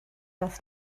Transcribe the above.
das